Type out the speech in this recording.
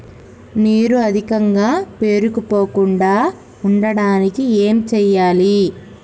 నీరు అధికంగా పేరుకుపోకుండా ఉండటానికి ఏం చేయాలి?